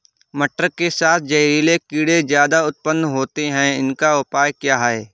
मटर के साथ जहरीले कीड़े ज्यादा उत्पन्न होते हैं इनका उपाय क्या है?